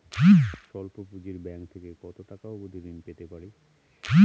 স্বল্প পুঁজির ব্যাংক থেকে কত টাকা অবধি ঋণ পেতে পারি?